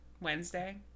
wednesday